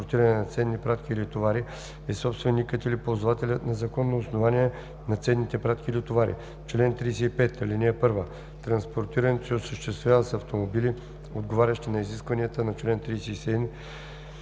транспортиране на ценни пратки или товари е собственикът или ползвателят на законно основание на ценните пратки или товари. Чл. 35. (1) Транспортирането се осъществява с автомобили, отговарящи на изискванията на чл. 37,